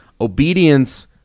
Obedience